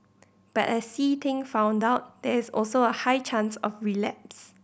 but as See Ting found out there is also a high chance of relapse